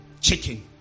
chicken